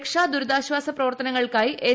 രക്ഷാദുരിതാശ്ചാസ പ്രവർത്തനങ്ങൾക്കായി എൻ